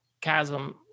chasm